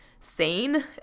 sane